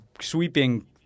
sweeping